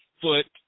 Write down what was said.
foot